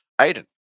Aiden